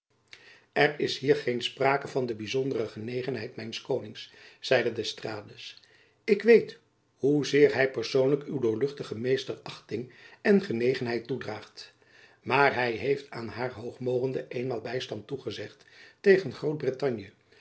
er is hier geen sprake van de byzondere genegenheden mijns konings zeide d'estrades ik weet hoezeer hy persoonlijk uw doorluchtigen meester achting en genegenheid toedraagt maar hy heeft aan haar hoogmogenden eenmaal bystand toegezegd tegen